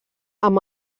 amb